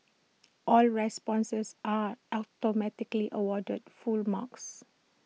all responses are automatically awarded full marks